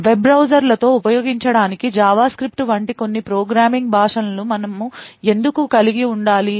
web బ్రౌజర్లతో ఉపయోగించడానికి JavaScript వంటి కొన్ని ప్రోగ్రామింగ్ భాషలను మనము ఎందుకు కలిగి ఉండాలి